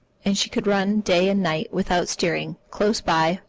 and she could run day and night, without steering, close-by,